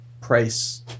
price